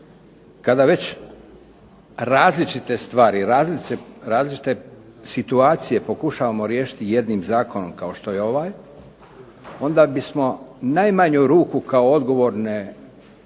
Kada već različite stvari, različite situacije pokušavamo riješiti jednim zakonom kao što je ovaj onda bismo u najmanju ruku kao odgovorni